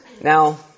Now